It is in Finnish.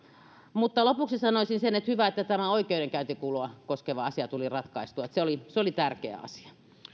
mutta lopuksi sanoisin sen että hyvä että tämä oikeudenkäyntikulua koskeva asia tuli ratkaistua se oli se oli tärkeä asia